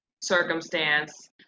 circumstance